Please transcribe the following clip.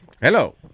hello